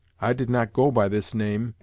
i did not go by this name,